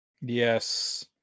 Yes